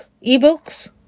e-books